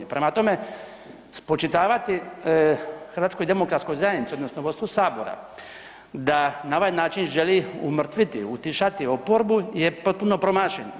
Prema tome, spočitavati HDZ-u odnosno vodstvu sabora da na ovaj način želi umrtviti, utišati oporbu je potpuno promašen.